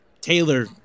Taylor